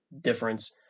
difference